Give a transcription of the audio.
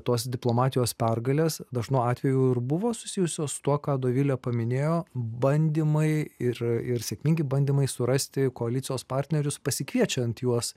tos diplomatijos pergalės dažnu atveju ir buvo susijusios su tuo ką dovilė paminėjo bandymai ir ir sėkmingi bandymai surasti koalicijos partnerius pasikviečiant juos